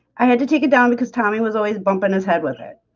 i had to take it down because tommy was always bumping his head with it.